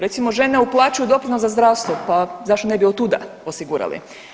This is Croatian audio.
Recimo žene uplaćuju doprinos za zdravstvo pa zašto ne bi od tuda osigurali.